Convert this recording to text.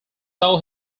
saw